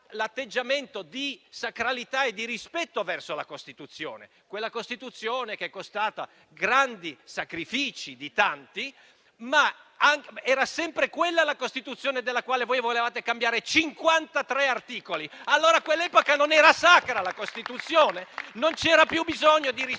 di sacralità e di rispetto verso la Costituzione, quella Costituzione che è costata grandi sacrifici di tanti; era sempre quella però la Carta della quale voi volevate cambiare 53 articoli: allora a quell'epoca non era sacra la Costituzione? Non c'era più bisogno di rispettarla?